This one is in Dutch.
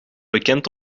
bekend